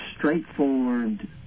straightforward